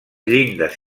llindes